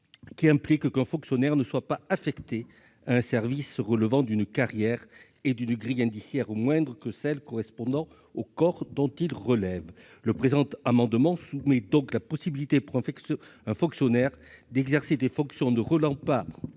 qui implique qu'un fonctionnaire ne soit pas affecté à un service relevant d'une carrière et d'une grille indiciaire moindre que celle qui correspond au corps dont il relève. Nous soumettons donc la possibilité pour un fonctionnaire d'exercer des fonctions ne relevant pas,